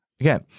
Again